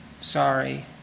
sorry